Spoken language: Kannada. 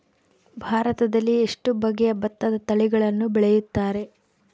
ಭಾರತದಲ್ಲಿ ಎಷ್ಟು ಬಗೆಯ ಭತ್ತದ ತಳಿಗಳನ್ನು ಬೆಳೆಯುತ್ತಾರೆ?